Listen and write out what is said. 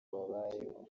babayeho